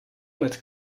met